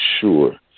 sure